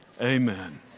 Amen